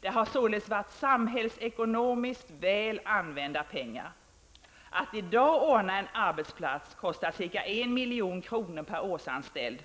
Det har således varit samhällsekonomiskt väl använda pengar. Att i dag ordna en arbetsplats kostar ca 1 milj.kr. per årsanställd.